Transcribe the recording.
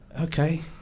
okay